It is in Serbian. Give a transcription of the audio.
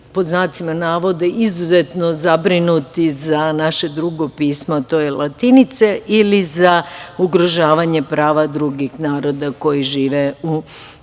pod znacima navoda, izuzetno zabrinuti za naše drugo pismo, a to je latinica ili za ugrožavanje prava drugih naroda koji žive u našoj